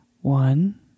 One